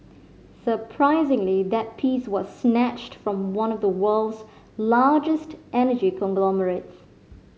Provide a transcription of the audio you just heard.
surprisingly that piece was snatched from one of the world's largest energy conglomerates